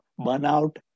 burnout